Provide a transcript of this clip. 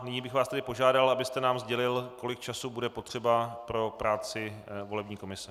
Nyní bych vás požádal, abyste nám sdělil, kolik času bude potřeba pro práci volební komise.